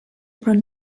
run